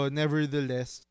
nevertheless